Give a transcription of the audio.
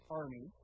army